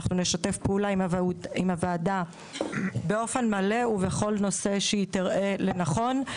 אנחנו נשתף פעולה עם הוועדה באופן מלא ובכל נושא שהיא תראה לנכון.